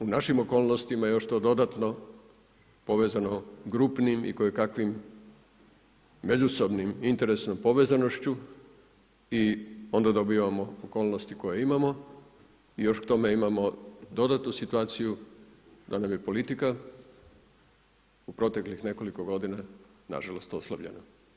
U našim okolnostima je još to dodatno povezano grupnim i kojekakvim međusobnim interesom povezanošću i onda dobivamo okolnosti koje imamo i još k tome imamo dodatnu situaciju da nam je politika u proteklih nekoliko godina nažalost oslabljena.